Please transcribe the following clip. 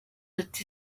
ati